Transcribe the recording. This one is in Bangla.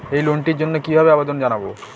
এই লোনটির জন্য কিভাবে আবেদন জানাবো?